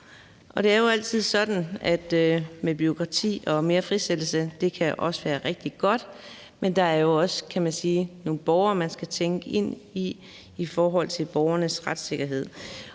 det er jo altid sådan med bureaukrati og mere frisættelse, at det kan være rigtig godt, men der er jo også, kan man sige, nogle borgere, man skal tænke ind i det i forhold til borgernes retssikkerhed.